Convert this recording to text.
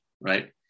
right